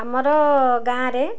ଆମର ଗାଁରେ